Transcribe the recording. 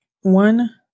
one